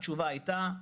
התשובה הייתה: